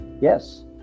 yes